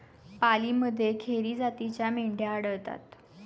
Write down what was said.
पालीमध्ये खेरी जातीच्या मेंढ्या आढळतात